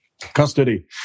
custody